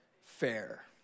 fair